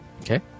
Okay